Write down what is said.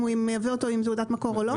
אם הוא מייבא אותו עם תעודת מקור או לא?